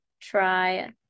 try